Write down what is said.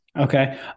Okay